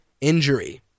injury